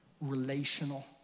relational